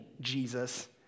Jesus